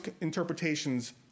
interpretations